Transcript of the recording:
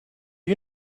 you